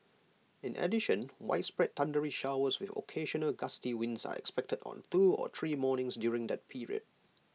in addition widespread thundery showers with occasional gusty winds are expected on two or three mornings during that period